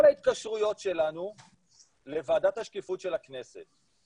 ההתקשרויות שלנו לוועדת השקיפות של הכנסת.